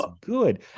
good